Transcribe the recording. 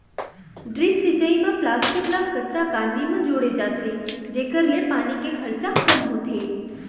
drip सिंचई म plastic ल कच्चा कांदी म जोड़े जाथे जेकर ले पानी के खरचा कम होथे